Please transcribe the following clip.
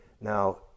Now